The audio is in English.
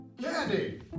Candy